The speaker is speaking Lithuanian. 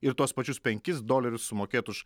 ir tuos pačius penkis dolerius sumokėt už